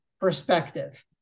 perspective